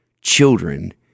children